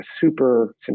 super